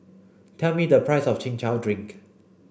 tell me the price of chin chow drink